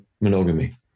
monogamy